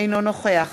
אינו נוכח